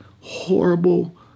horrible